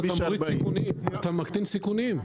אתה מקטין סיכונים.